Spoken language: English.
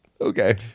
Okay